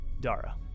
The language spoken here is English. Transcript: Dara